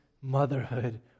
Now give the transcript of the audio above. motherhood